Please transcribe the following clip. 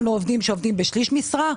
יש לנו עובדים שעובדים בשליש משרה,